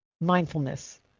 mindfulness